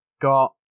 got